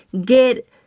get